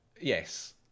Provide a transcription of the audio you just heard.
Yes